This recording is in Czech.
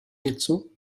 něco